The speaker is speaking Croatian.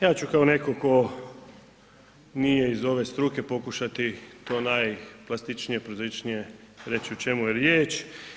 Ja ću kao netko tko nije iz ove struke pokušati to najplastičnije, prozaičnije reći u čemu je riječ.